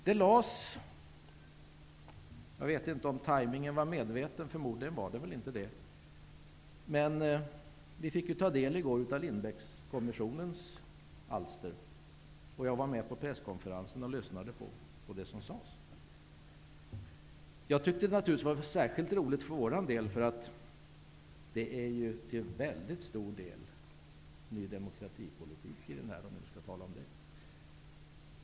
Vi fick i går -- jag vet inte om tajmningen var medveten, förmodligen inte -- ta del av Lindbeckkommissionens alster. Jag var med på presskonferensen och lyssnade på vad som sades där. Jag tycker naturligtvis att det var särskilt roligt för vår del, därför att det till väldigt stor del är Ny demokrati-politik i rapporten.